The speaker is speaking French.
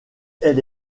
elle